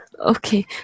okay